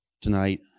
Tonight